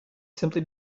simply